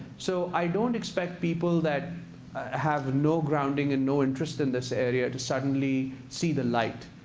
so i don't expect people that have no grounding and no interest in this area to suddenly see the light,